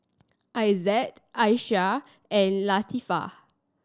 Izzat Aisyah and Latifa